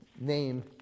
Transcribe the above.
name